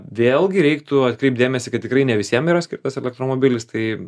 vėlgi reiktų atkreipt dėmesį kad tikrai ne visiem yra skirtas elektromobilis tai